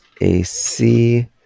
AC